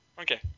Okay